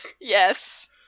Yes